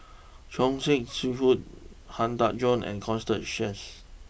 Choor Singh Sidhu Han Tan Juan and Constance Sheares